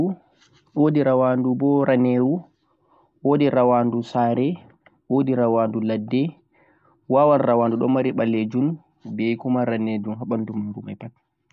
Rawanɗu nii wodi ɓaleru, raneeru, wodi ndu sare, wodi ndu ladde